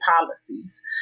policies